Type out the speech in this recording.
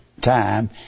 time